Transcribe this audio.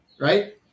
right